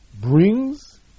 brings